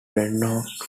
dreadnoughts